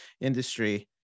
industry